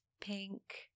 pink